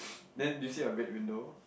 then do you see a red window